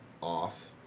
off